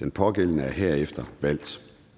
Den pågældende er herefter valgt.